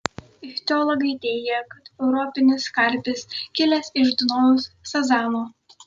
ichtiologai teigia kad europinis karpis kilęs iš dunojaus sazano